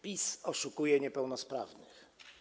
PiS oszukuje niepełnosprawnych.